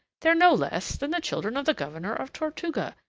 they're no less than the children of the governor of tortuga,